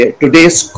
today's